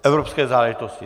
Evropské záležitosti.